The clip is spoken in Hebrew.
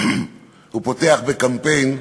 הוא פותח בקמפיין,